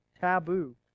taboo